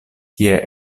kie